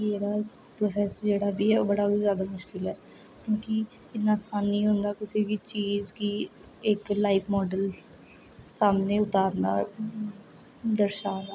एह् सब जेहड़ा बी ऐ ओह् बड़ा ज्यादा मुश्किल ऐ क्योंकि आसान नेई होंदा कुसे बी चीज गी इक लाइव माॅडल सामने उतारना दर्शाना